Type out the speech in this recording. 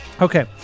Okay